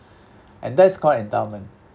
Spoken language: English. and that's called endowment